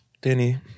Danny